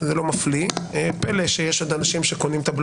לא מפריעים בהצהרות פתיחה, גלעד.